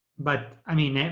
but, i mean,